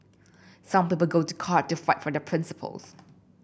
some people go to court to fight for their principles